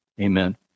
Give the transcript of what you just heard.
Amen